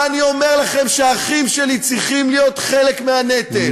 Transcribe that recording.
ואני אומר לכם שהאחים שלי צריכים לשאת חלק מהנטל,